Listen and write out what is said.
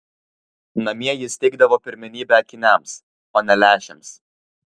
namie jis teikdavo pirmenybę akiniams o ne lęšiams